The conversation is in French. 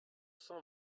cent